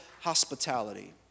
hospitality